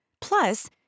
Plus